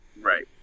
right